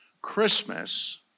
Christmas